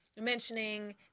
mentioning